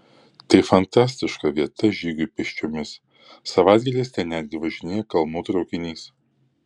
tai fantastiška vieta žygiui pėsčiomis savaitgaliais ten netgi važinėja kalnų traukinys